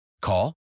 Call